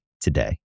today